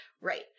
Right